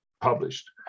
published